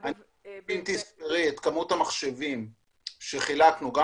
אם תספרי את כמות המחשבים שחילקנו גם